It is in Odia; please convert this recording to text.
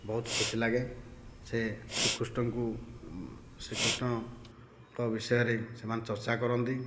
ବହୁତ ଖୁସି ଲାଗେ ସେ ଶ୍ରୀକୃଷ୍ଣଙ୍କୁ ଶ୍ରୀକୃଷ୍ଣଙ୍କ ବିଷୟରେ ସେମାନେ ଚର୍ଚ୍ଚା କରନ୍ତି